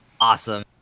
Awesome